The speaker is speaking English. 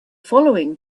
following